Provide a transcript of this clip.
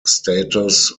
status